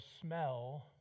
smell